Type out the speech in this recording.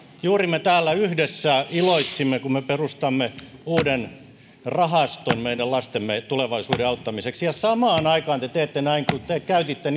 juuri me täällä yhdessä iloitsimme kun me perustamme uuden rahaston meidän lastemme tulevaisuuden auttamiseksi ja samaan aikaan te teette näin käytitte